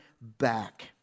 back